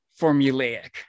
formulaic